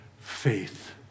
faith